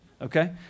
okay